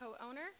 co-owner